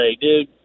dude